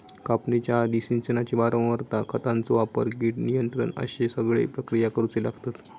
कापणीच्या आधी, सिंचनाची वारंवारता, खतांचो वापर, कीड नियंत्रण अश्ये सगळे प्रक्रिया करुचे लागतत